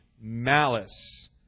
malice